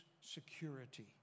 security